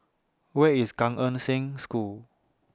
Where IS Gan Eng Seng School